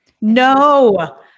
No